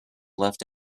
left